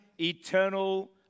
eternal